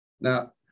Now